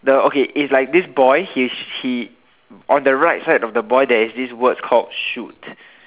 the okay is like this boy his he on the right side of the boy there is this word called shoot